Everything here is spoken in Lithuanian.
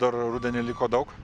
dar rudenį liko daug